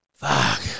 Fuck